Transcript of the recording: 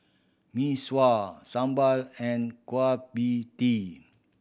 Mee Sua sambal and Kueh Pie Tee